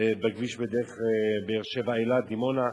בכביש בדרך באר-שבע אילת דימונה,